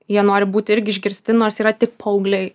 jie nori būt irgi išgirsti nors yra tik paaugliai